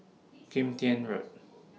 Kim Tian Road